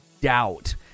Doubt